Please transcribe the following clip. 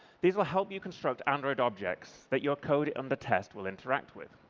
these will help you construct android objects that your code and the test will interact with.